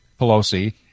Pelosi